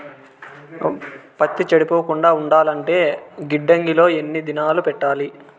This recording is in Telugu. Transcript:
పత్తి చెడిపోకుండా ఉండాలంటే గిడ్డంగి లో ఎన్ని దినాలు పెట్టాలి?